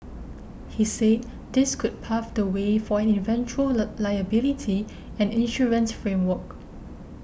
he said this could pave the way for an eventual lie liability and insurance framework